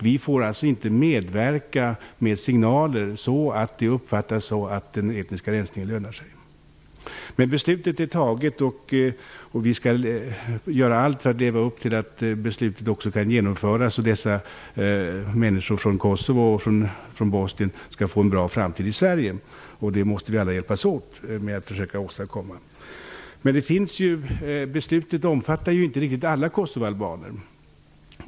Vi får alltså inte medverka med signaler så att det uppfattas som att den etniska rensningen lönar sig. Men beslutet är fattat, och vi skall göra allt för att leva upp till beslutet så att dessa människor från Kosovo och Bosnien får en bra framtid i Sverige. Det måste vi alla försöka hjälpas åt med att åstadkomma. Men beslutet omfattar ju inte riktigt alla kosovoalbaner.